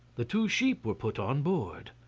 the two sheep were put on board.